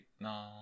No